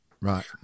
Right